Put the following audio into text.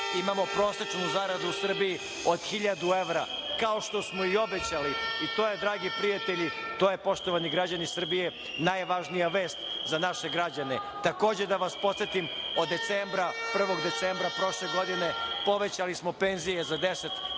imamo prosečnu zaradu u Srbiji od 1000 evra, kao što smo i obećali, i to je, dragi prijatelji, to je, poštovani građani Srbije, najvažnija vest za naše građane. Takođe, da vas podsetim, od 1. decembra prošle godine povećali smo penzije za 10,9%,